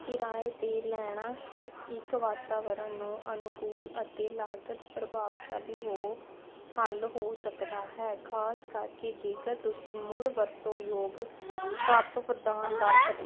ਕਿਰਾਏ 'ਤੇ ਲੈਣਾ ਇੱਕ ਵਾਤਾਵਰਨ ਨੂੰ ਅਨੁਕੂਲ ਅਤੇ ਲਾਗਤ ਪ੍ਰਭਾਵਸ਼ਾਲੀ ਹੋ ਹੱਲ ਹੋ ਸਕਦਾ ਹੈ ਖਾਸ ਕਰਕੇ ਜੇਕਰ ਤੁਸੀਂ ਮੁੜ ਵਰਤੋਂ ਯੋਗ ਭਾਰਤ ਕਰ